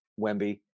Wemby